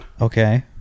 Okay